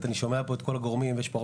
לא, קודם כול, יהונתן.